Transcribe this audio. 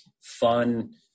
Fun